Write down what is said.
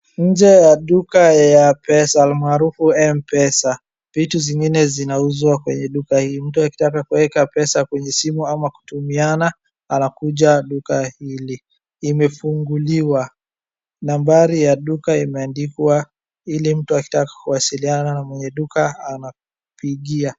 Nje ya duka ya pesa, almarufu mpesa .Vitu zingine zinauzwa kwenye duka hii. Mtu akitaka kueka pesa kwenye simu ama kutumiana anakuja duka hili .Imefunguliwa .Nambali ya duka imeandikwa ili mtu akitaka kuwasiliana na mwenye duka anampigia .